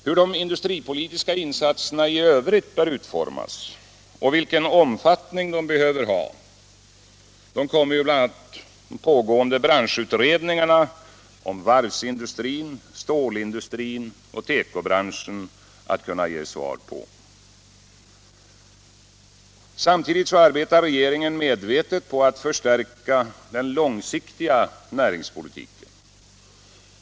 Hur de industripolitiska insatserna i övrigt bör utformas och vilken omfattning de behöver ha kommer bl.a. de pågående branschutredningarna om varvsindustrin, stålindustrin och tekobranschen att kunna ge svar på. Samtidigt arbetar regeringen medvetet på att förstärka den långsiktiga näringspolitiken.